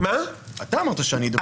אתה אמרת שאני אדבר.